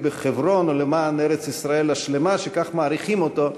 בחברון או למען ארץ-ישראל השלמה שכך מעריכים אותו?